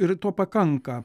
ir to pakanka